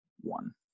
one